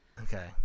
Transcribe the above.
okay